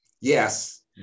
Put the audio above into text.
Yes